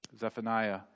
Zephaniah